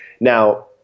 Now